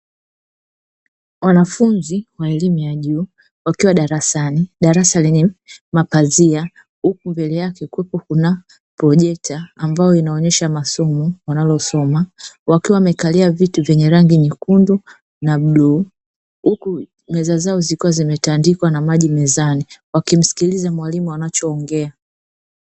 Wanafunzi wa elimu ya juu wakiwa darasani darasa lenye mapazia huku mbele yake kuwepo kuna "projector" ambayo inaonyesha masomo wanalosoma wakiwa wamekalia vitu vyenye rangi nyekundu na bluu, huku meza zao zilikuwa zimetandikwa na maji mezani wakimsikiliza mwalimu anacho ongea.